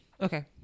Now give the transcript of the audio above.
okay